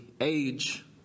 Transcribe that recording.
age